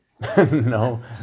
No